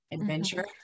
adventure